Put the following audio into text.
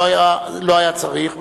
לא היה צריך,